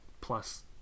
plus